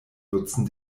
nutzen